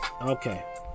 Okay